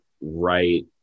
right